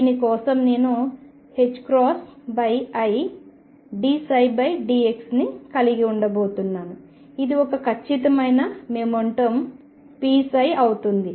దీని కోసం నేను idψ dx ని కలిగి ఉండబోతున్నాను ఇది ఒక ఖచ్చితమైన మొమెంటం pψ అవుతుంది